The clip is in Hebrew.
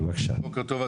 בוקר טוב,